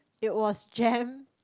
it was jam